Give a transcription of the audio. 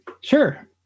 Sure